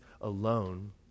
alone